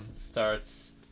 starts